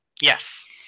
Yes